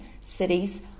cities